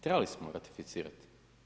Trebali smo ratificirati.